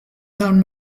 down